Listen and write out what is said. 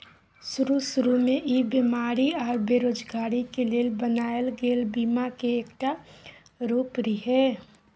शरू शुरू में ई बेमारी आ बेरोजगारी के लेल बनायल गेल बीमा के एकटा रूप रिहे